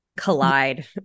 collide